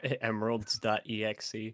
emeralds.exe